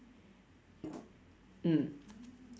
mm